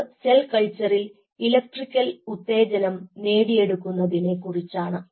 അത് സെൽ കൾച്ചറിൽ ഇലക്ട്രിക്കൽ ഉത്തേജനം നേടിയെടുക്കുന്നതിനെ കുറിച്ചാണ്